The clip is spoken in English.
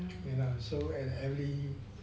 so and every